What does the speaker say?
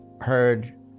heard